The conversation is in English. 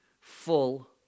full